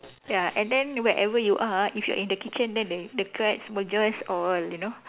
ya and then wherever you are if you're in the kitchen then the the cats will just all you know